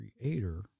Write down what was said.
Creator